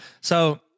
So-